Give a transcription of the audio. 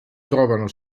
trovano